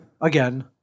Again